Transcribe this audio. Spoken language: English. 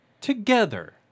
together